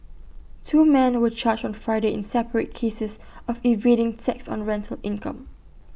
two men were charged on Friday in separate cases of evading taxes on rental income